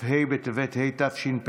כ"ה בטבת התשפ"ב,